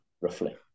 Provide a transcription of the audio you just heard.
roughly